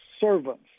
servants